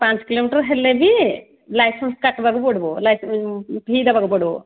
ପାଞ୍ଚ କିଲୋମିଟର ହେଲେ ବି ଲାଇସେନ୍ସ କାଟିବାକୁ ପଡ଼ିବ ଲାଇସେନ୍ସ ଫି ଦେବାକୁ ପଡ଼ିବ